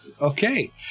Okay